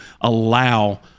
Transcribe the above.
allow